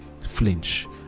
flinch